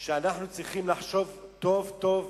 לומר שאנחנו צריכים לחשוב טוב טוב